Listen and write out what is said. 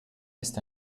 ist